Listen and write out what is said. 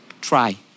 Try